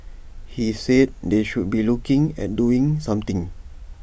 he said they should be looking at doing something